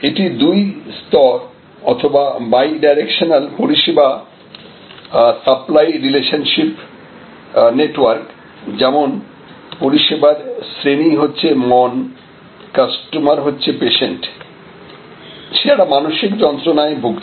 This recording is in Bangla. এটি দুই স্তর অথবা বাই ডিরেকশনাল পরিষেবা সাপ্লাই রিলেশনশিপ নেটওয়ার্ক যেমন পরিষেবার শ্রেণী হচ্ছে মন কাস্টমার হচ্ছে পেশেন্ট সে একটা মানসিক যন্ত্রনায় ভুগছে